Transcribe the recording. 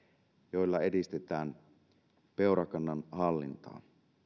joilla edistetään peurakannan hallintaa